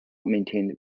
maintained